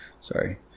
Sorry